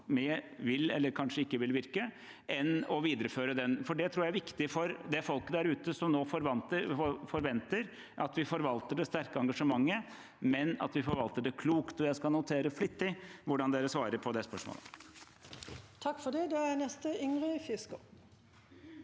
vil eller kanskje ikke vil virke, enn å videreføre den innflytelsen? Dette tror jeg er viktig for folk der ute som nå forventer at vi forvalter det sterke engasjementet, men at vi forvalter det klokt. Jeg skal notere flittig hvordan de svarer på det spørsmålet. Ingrid Fiskaa